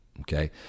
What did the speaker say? okay